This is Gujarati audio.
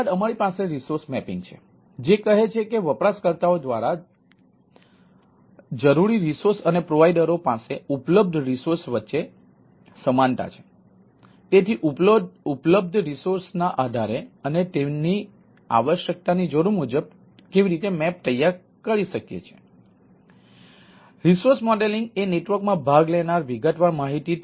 ત્યારબાદ અમારી પાસે રિસોર્સ મેપિંગ રિસોર્સ સંસ્થાઓ પર આધારિત છે